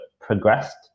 progressed